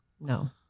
No